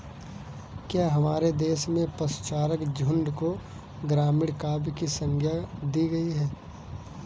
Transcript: क्या हमारे देश में पशुचारक झुंड को ग्रामीण काव्य की संज्ञा दी गई है?